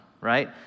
right